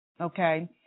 okay